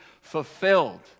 fulfilled